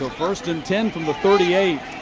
ah first and ten from the thirty eight